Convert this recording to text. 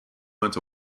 went